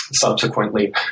subsequently